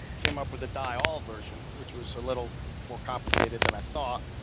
came up with a diol version, which was a little more complicated than i thought,